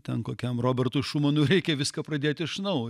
ten kokiam robertui šumanui reikia viską pradėt iš naujo